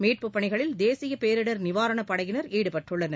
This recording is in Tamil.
மீட்பு பணிகளில் தேசிய பேரிடர் நிவாரண படையினர் ஈடுப்பட்டுள்ளனர்